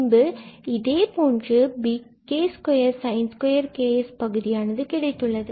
பின்பும் இதே போன்று bk2sin2kx பகுதியானது கிடைத்துள்ளது